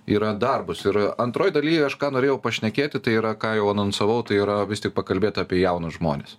yra darbus ir antroj daly aš ką norėjau pašnekėti tai yra ką jau anonsavau tai yra vis tik pakalbėt apie jaunus žmones